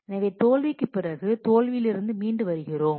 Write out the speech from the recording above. எனவே தோல்விக்குப் பிறகு தோல்வியிலிருந்து மீண்டு வருகிறோம்